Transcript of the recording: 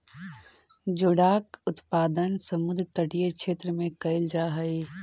जोडाक उत्पादन समुद्र तटीय क्षेत्र में कैल जा हइ